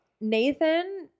Nathan